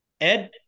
Ed